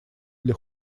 для